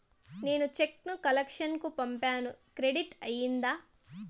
నేను చెక్కు ను కలెక్షన్ కు పంపాను క్రెడిట్ అయ్యిందా